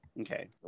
Okay